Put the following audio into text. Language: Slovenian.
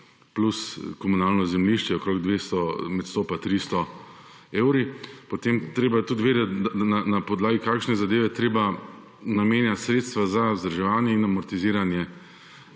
plus komunalno zemljišče med 100 pa 300 evri. Potem je treba tudi vedeti, na podlagi kakšne zadeve je treba namenjati sredstva za vzdrževanje in amortiziranje